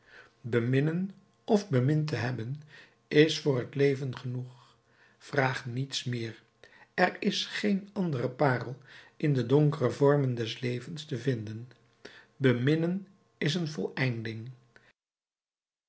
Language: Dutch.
beminnen of bemind te hebben is voor het leven genoeg vraag niets meer er is geen andere parel in de donkere vormen des levens te vinden beminnen is een voleindiging